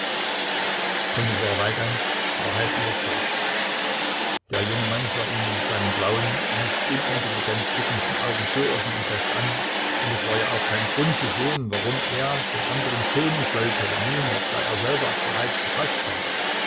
kommissar weigand war halb überzeugt der junge mann sah ihn mit seinen blauen nicht unintelligent blickenden augen so offen und fest an und es war ja auch kein grund zu sehen warum er den andern schonen sollte nun da er selber bereits gefaßt war